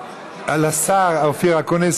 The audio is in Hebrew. לשר אופיר אקוניס,